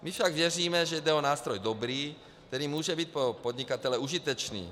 My však věříme, že jde o nástroj dobrý, který může být pro podnikatele užitečný.